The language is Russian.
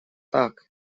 так